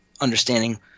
understanding